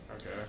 okay